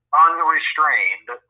unrestrained